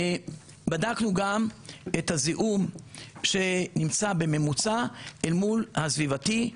בדקנו את הזיהום שנמצא בממוצע אל מול הסביבתי.